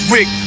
Rick